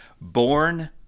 born